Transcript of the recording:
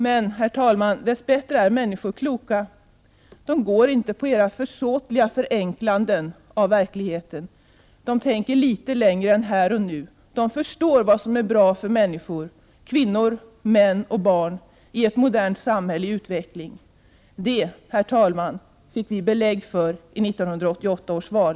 Men, herr talman, dess bättre är människor kloka. De går inte på era försåtliga förenklingar av verkligheten. De tänker litet längre än här och nu. De förstår vad som är bra för människor — kvinnor, män och barn — i ett modernt samhälle i utveckling. Det fick vi, herr talman, belägg för i 1988 års val.